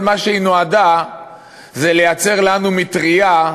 כל מה שהיא נועדה זה לייצר לנו מטרייה,